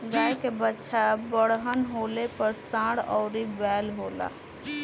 गाय के बच्चा बड़हन होले पर सांड अउरी बैल होला